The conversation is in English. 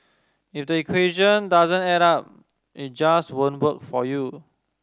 if the equation doesn't add up it just won't work for you